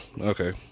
Okay